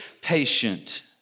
patient